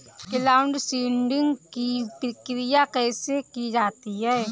Cloud seeding की प्रक्रिया कैसे की जाती है?